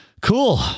cool